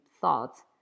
thoughts